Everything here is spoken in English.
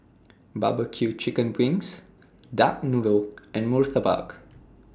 Barbecue Chicken Wings Duck Noodle and Murtabak